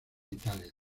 italia